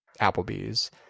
Applebee's